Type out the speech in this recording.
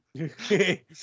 Okay